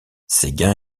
séguin